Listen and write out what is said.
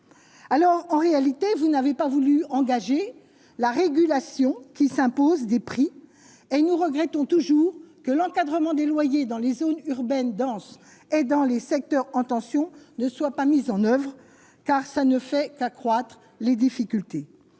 Alors qu'en réalité vous n'avez pas voulu engager la régulation qui s'imposent des prix et nous regrettons toujours que l'encadrement des loyers dans les zones urbaines denses et dans les secteurs en tension ne soient pas mises en oeuvre, car ça ne fait qu'accroître les difficultés,